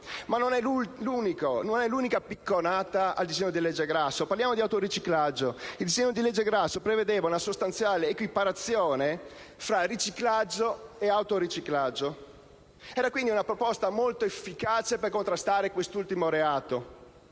E non è l'unica picconata al disegno di legge Grasso. Parliamo di autoriciclaggio. Il disegno di legge n. 19 prevedeva una sostanziale equiparazione tra riciclaggio e autoriciclaggio. Era, quindi, una proposta molto efficace per contrastare quest'ultimo reato.